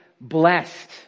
blessed